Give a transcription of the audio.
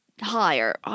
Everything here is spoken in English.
higher